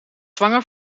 zwanger